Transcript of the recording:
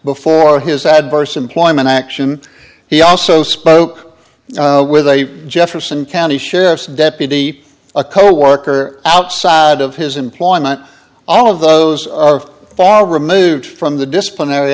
before his adverse employment action he also spoke with a jefferson county sheriff's deputy a coworker outside of his employment all of those are far removed from the disciplinary